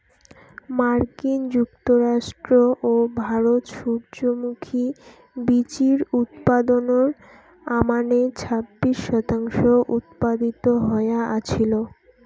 মার্কিন যুক্তরাষ্ট্র ও ভারত সূর্যমুখী বীচির উৎপাদনর আমানে ছাব্বিশ শতাংশ উৎপাদিত হয়া আছিল